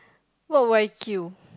what Y_Q